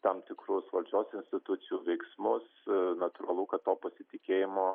tam tikrus valdžios institucijų veiksmus natūralu kad to pasitikėjimo